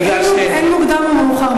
אין מוקדם ומאוחר בתורה.